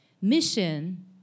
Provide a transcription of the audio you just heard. mission